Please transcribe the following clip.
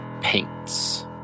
paints